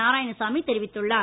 நாராயணசாமி தெரிவித்துள்ளார்